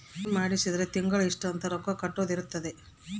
ವಿಮೆ ಮಾಡ್ಸಿದ್ರ ತಿಂಗಳ ಇಷ್ಟ ಅಂತ ರೊಕ್ಕ ಕಟ್ಟೊದ ಇರುತ್ತ